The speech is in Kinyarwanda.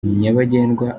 nyabagendwa